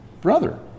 brother